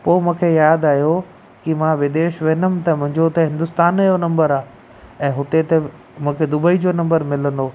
पोइ मूंखे यादि आहियो की मां विदेश वेंदुमि त मुंहिंजो त हिंदुस्तान जो नंबर आहे ऐं हुते त मूंखे दुबई जो नंबर मिलंदो